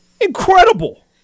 Incredible